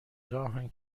راهن